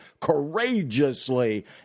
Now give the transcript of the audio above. courageously